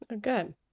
Good